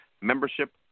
membership